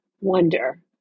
wonder